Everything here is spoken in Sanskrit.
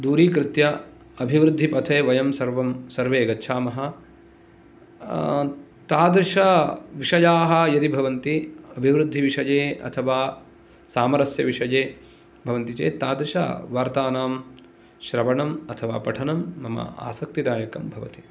दूरीकृत्य अभिवृद्धिपथे वयं सर्वं सर्वे गच्छामः तादृशविषयाः यदि भवन्ति अभिवृद्धिविषये अथवा सामरस्य विषये भवन्ति चेत् तादृशवार्तानां श्रवणं अथवा पठनं मम आसक्तिदायकम् भवति